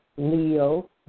Leo